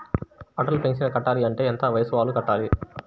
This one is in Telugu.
అటల్ పెన్షన్ కట్టాలి అంటే ఎంత వయసు వాళ్ళు కట్టాలి?